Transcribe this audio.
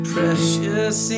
Precious